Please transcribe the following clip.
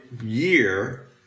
year